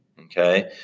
okay